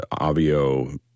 Avio